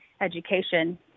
education